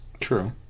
True